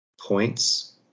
points